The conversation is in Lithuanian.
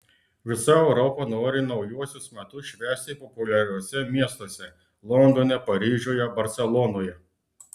visa europa nori naujuosius metus švęsti populiariuose miestuose londone paryžiuje barselonoje